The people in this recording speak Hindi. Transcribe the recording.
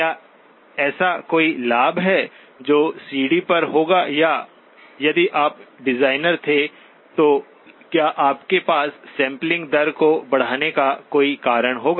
क्या ऐसा कोई लाभ है जो सीडी पर होगा या यदि आप डिजाइनर थे तो क्या आपके पास सैंपलिंग दर को बढ़ाने का कोई कारण होगा